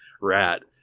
rat